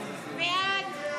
הסתייגות 1927 לא נתקבלה.